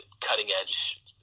cutting-edge